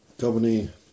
Company